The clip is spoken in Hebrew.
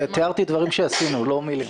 תיארתי דברים שעשינו, לא מילים.